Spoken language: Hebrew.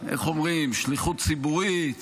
איך אומרים, שליחות ציבורית